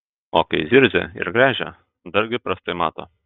o kai zirzia ir gręžia dargi prastai mato